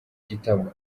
gitabo